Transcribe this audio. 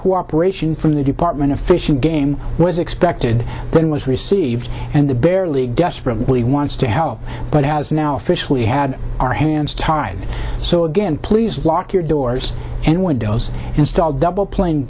cooperation from the department of fish and game was expected then was received and the barely guest probably wants to help but has now officially had our hands tied so again please lock your doors and windows install double pla